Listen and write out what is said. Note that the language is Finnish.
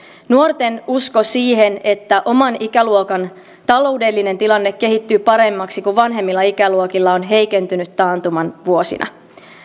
nuorten usko siihen että oman ikäluokan taloudellinen tilanne kehittyy paremmaksi kuin vanhemmilla ikäluokilla on heikentynyt taantuman vuosina